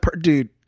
dude